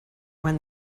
when